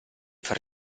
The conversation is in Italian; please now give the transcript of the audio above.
far